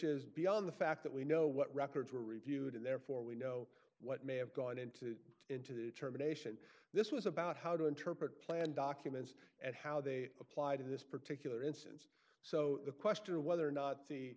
is beyond the fact that we know what records were reviewed and therefore we know what may have gone into into the terminations this was about how to interpret plan documents and how they applied in this particular instance so the question of whether